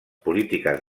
polítiques